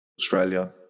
Australia